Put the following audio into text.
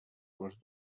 les